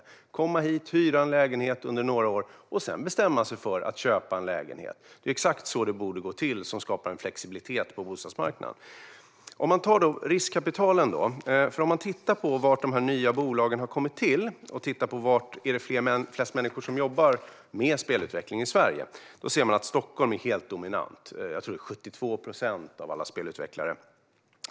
Att komma hit och hyra en lägenhet under några år och sedan bestämma sig för att köpa en lägenhet är så det borde gå till, för det skapar en flexibilitet på bostadsmarknaden. Så till riskkapitalet. Var finns de nya bolagen, och var jobbar det flest människor med spelutveckling i Sverige? Stockholm dominerar. Här finns 72 procent av alla spelutvecklare.